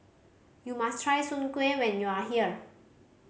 you must try Soon Kueh when you are here